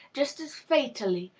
just as fatally,